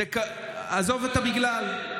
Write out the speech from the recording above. זה בגלל, עזוב את ה"בגלל".